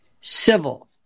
civil